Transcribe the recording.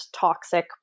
toxic